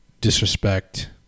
disrespect